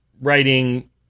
writing